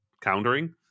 countering